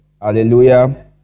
Hallelujah